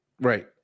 right